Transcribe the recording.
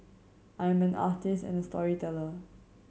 I am an artist and a storyteller